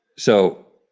so.